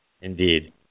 Indeed